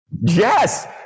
Yes